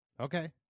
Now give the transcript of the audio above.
okay